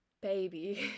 baby